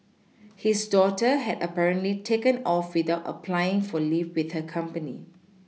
his daughter had apparently taken off without applying for leave with her company